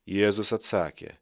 jėzus atsakė